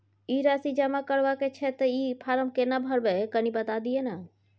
ई राशि जमा करबा के छै त ई फारम केना भरबै, कनी बता दिय न?